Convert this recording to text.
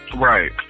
Right